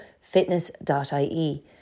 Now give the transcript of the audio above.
fitness.ie